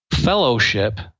Fellowship